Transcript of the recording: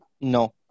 No